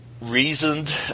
reasoned